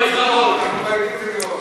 אנחנו כבר יודעים את זה מראש.